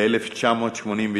ב-1988,